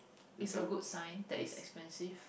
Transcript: it's a good sign that it's expensive